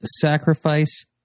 sacrifice